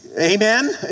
amen